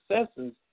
successes